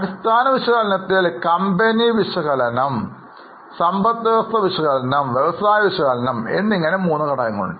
അടിസ്ഥാന വിശകലനത്തിൽ കമ്പനി വിശകലനം സമ്പത്ത് വ്യവസ്ഥ വിശകലനം വ്യവസായ വിശകലനം എന്നിങ്ങനെ മൂന്നു ഘടകങ്ങളുണ്ട്